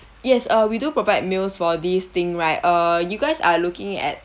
yes uh we do provide meals for this thing right uh you guys are looking at